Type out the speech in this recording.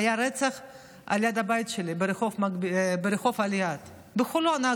היה רצח ליד הבית שלי, ברחוב ליד, בחולון.